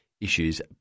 issues